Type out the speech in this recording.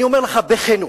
אני אומר לך בכנות,